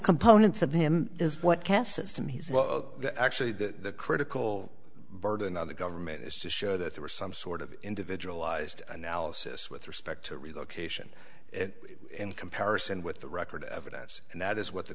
components of him is what caste system he's well actually the critical burden on the government is to show that there was some sort of individualized analysis with respect to relocation in comparison with the record evidence and that is what the